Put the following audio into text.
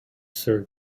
sir